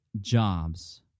Jobs